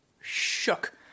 shook